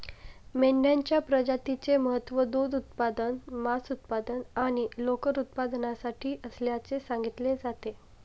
मेंढ्यांच्या प्रजातीचे महत्त्व दूध उत्पादन, मांस उत्पादन आणि लोकर उत्पादनासाठी असल्याचे सांगितले जाते